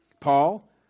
Paul